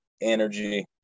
energy